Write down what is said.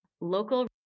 local